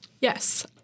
Yes